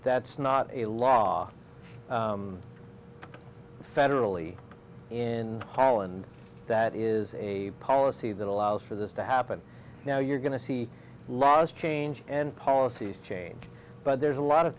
that's not a law federally in holland that is a policy that allows for this to happen now you're going to see laws change and policies change but there's a lot of